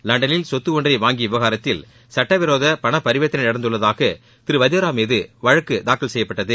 லண்டனில் சொத்து ஒன்றை வாங்கிய விவகாரத்தில் சட்டவிரோத பண பரிவர்த்தை நடந்துள்ளதாக திரு வதேரா மீது வழக்கு தாக்கல் செய்யப்பட்டது